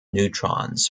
neutrons